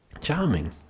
Charming